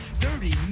Dirty